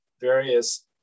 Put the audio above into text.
various